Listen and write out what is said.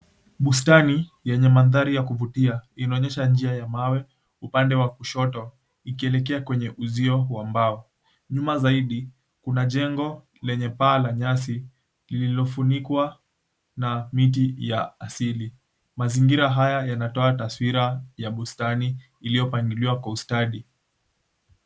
Bustani yenye mandhari ya kuvutia inaonyesha njia ya mawe upande wa kushoto ikielekea kwenye uzio wa mbao. Nyuma zaidi kuna jengo lenye paa la nyasi lililofunikwa na miti ya asili. Mazingira haya yanatoa taswira ya bustani iliyopanuliwa kwa ustadi.